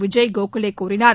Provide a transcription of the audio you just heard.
விஜய் கோகலே கூறினார்